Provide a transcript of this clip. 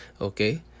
okay